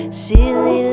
silly